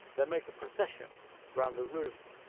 they make a procession round the rooms,